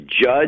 Judge